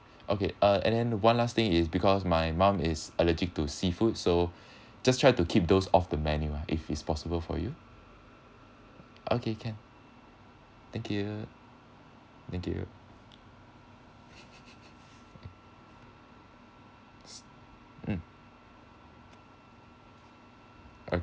okay uh and then one last thing is because my mum is allergic to seafood so just tried to keep those off the menu ah if it's possible for you okay can thank you thank you s~ mm okay